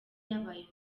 yabaye